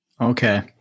Okay